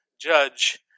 judge